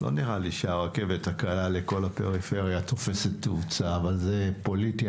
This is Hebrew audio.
לא נראה לי שהרכבת הקלה לכל הפריפריה תופסת תאוצה אבל זה פוליטי,